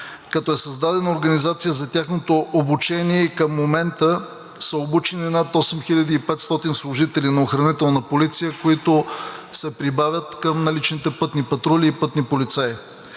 като е създадена организация за тяхното обучение и към момента са обучени над 8500 служители на Охранителна полиция, които се прибавят към наличните пътни патрули и пътни полицаи.